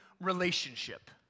relationship